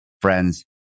friends